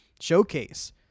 showcase